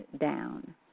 down